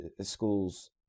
schools